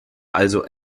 also